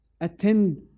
attend